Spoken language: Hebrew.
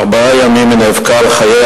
ארבעה ימים היא נאבקה על חייה,